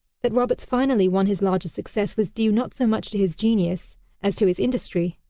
that roberts finally won his larger success was due not so much to his genius as to his industry.